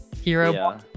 hero